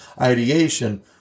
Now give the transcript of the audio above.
ideation